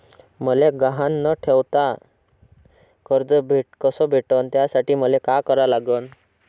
मले गहान न ठेवता कर्ज कस भेटन त्यासाठी मले का करा लागन?